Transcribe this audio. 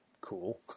cool